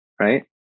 right